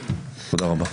תודה רבה.